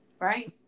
right